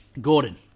Gordon